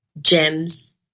gems